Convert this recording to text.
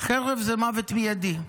חרב זה מוות מיידי.